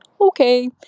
okay